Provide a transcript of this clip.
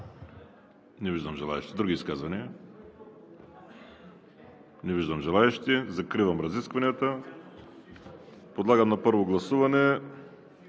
Не виждам. Други изказвания? Не виждам. Закривам разискванията. Подлагам на първо гласуване